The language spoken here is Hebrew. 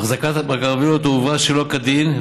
החזקה בקרווילות הועברה שלא כדין,